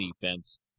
defense